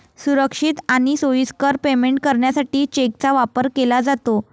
सुरक्षित आणि सोयीस्कर पेमेंट करण्यासाठी चेकचा वापर केला जातो